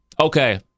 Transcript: okay